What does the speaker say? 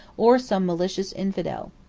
or some malicious infidel.